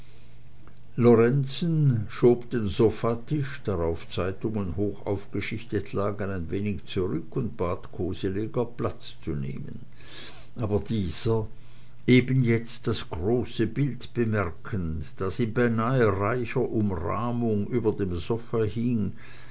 lorenzen schob den sofatisch darauf zeitungen hoch aufgeschichtet lagen ein wenig zurück und bat koseleger platz zu nehmen aber dieser eben jetzt das große bild bemerkend das in beinahe reicher umrahmung über dem sofa hing